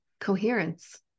coherence